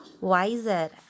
wiser